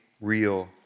real